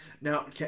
Now